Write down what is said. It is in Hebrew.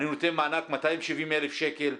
אני נותן מענק 270,000 שקל,